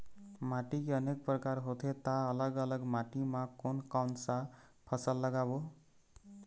माटी के अनेक प्रकार होथे ता अलग अलग माटी मा कोन कौन सा फसल लगाबो?